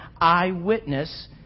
eyewitness